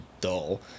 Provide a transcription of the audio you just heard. dull